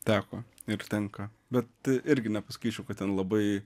teko ir tenka bet irgi nepasakyčiau kad ten labai